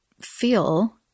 feel